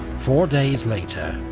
four days later,